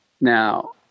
Now